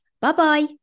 Bye-bye